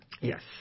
Yes